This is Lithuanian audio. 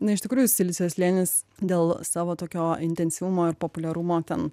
na iš tikrųjų silicio slėnis dėl savo tokio intensyvumo ir populiarumo ten